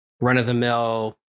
run-of-the-mill